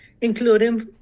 including